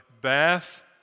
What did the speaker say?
Bath